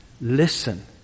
Listen